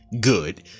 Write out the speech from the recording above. good